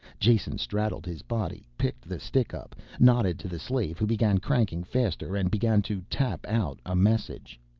jason straddled his body, picked the stick up, nodded to the slave who began cranking faster, and began to tap out a message.